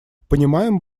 понимаем